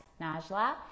Najla